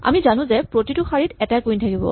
আমি জানো যে প্ৰতিটো শাৰীত এটাই কুইন থাকিব